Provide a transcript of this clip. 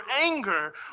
anger